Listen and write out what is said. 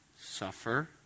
suffer